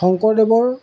শংকৰদেৱৰ